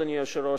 אדוני היושב-ראש,